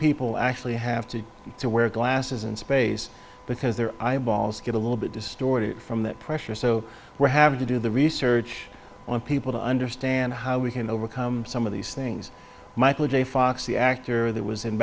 people actually have to to wear glasses in space because their eyeballs get a little bit distorted from that pressure so we're having to do the research on people to understand how we can overcome some of these things michael j fox the actor that was in